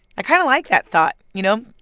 i kind of like that thought, you know?